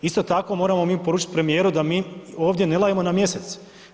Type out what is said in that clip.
Isto tako moramo mi poručiti premijeru da mi ovdje ne lajemo na mjesec.